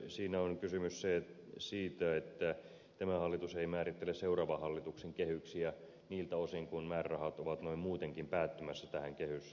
siinä on kysymys siitä että tämä hallitus ei määrittele seuraavan hallituksen kehyksiä niiltä osin kuin määrärahat ovat noin muutenkin päättymässä tähän hallituksen vaihtoon